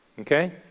Okay